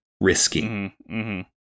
risking